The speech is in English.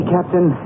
Captain